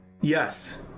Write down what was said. Yes